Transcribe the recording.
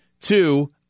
Two